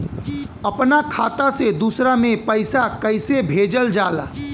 अपना खाता से दूसरा में पैसा कईसे भेजल जाला?